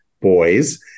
boys